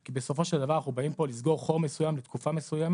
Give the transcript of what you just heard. כי בסופו של דבר אנחנו באים פה לסגור חור מסוים לתקופה מסוימת.